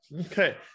Okay